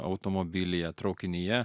automobilyje traukinyje